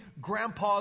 grandpa's